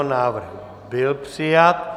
Návrh byl přijat.